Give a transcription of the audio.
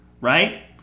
right